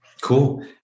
Cool